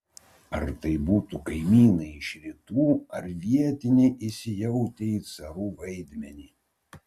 ar tai būtų kaimynai iš rytų ar vietiniai įsijautę į carų vaidmenį